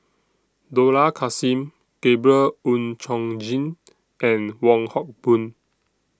Dollah Kassim Gabriel Oon Chong Jin and Wong Hock Boon